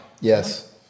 Yes